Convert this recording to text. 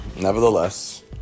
nevertheless